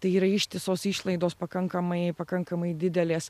tai yra ištisos išlaidos pakankamai pakankamai didelės